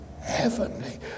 heavenly